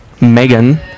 Megan